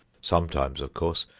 sometimes, of course,